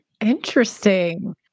Interesting